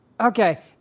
Okay